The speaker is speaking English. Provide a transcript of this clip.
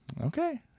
Okay